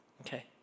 Okay